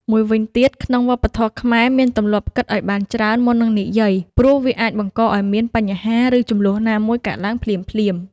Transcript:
មួយវិញទៀត ក្នុងវប្បធម៌ខ្មែរមានទម្លាប់គិតឱ្យបានច្រើនមុននឹងនិយាយ ព្រោះវាអាចបង្កឱ្យមានបញ្ហាឫជម្លោះណាមួយកើតទ្បើងភ្លាមៗ។